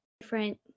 different